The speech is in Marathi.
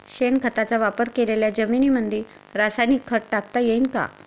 शेणखताचा वापर केलेल्या जमीनीमंदी रासायनिक खत टाकता येईन का?